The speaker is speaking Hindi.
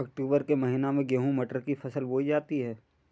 अक्टूबर के महीना में गेहूँ मटर की फसल बोई जाती है